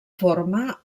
forma